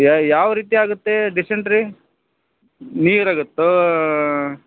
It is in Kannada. ಯಾವ ಯಾವ ರೀತಿ ಆಗತ್ತೆ ಡಿಸೆಂಟ್ರಿ ನೀರಾಗುತ್ತೋ